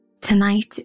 Tonight